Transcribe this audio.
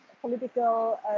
political